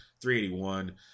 381